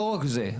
לא רק זה,